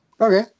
Okay